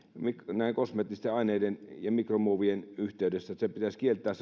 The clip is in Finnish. näiden kosmeettisten aineiden ja mikromuovien yhteydessä että pitäisi kieltää